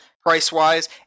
price-wise